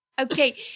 Okay